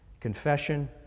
Confession